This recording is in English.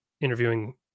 interviewing